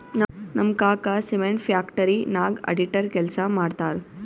ನಮ್ ಕಾಕಾ cement factory ನಾಗ್ ಅಡಿಟರ್ ಕೆಲ್ಸಾ ಮಾಡ್ತಾರ್